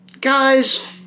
guys